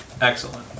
Excellent